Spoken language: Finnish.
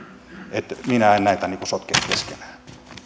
että minä en näitä sotke keskenään